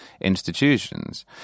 institutions